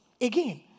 Again